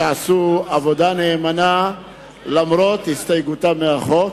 שעשו עבודה נאמנה למרות הסתייגותם מהחוק.